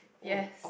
yes